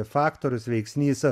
faktorius veiksnys